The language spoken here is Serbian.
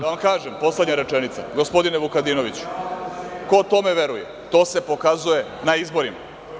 Da vam kažem, poslednja rečenica, gospodine Vukadinoviću, ko tome veruje, to se pokazuje na izborima.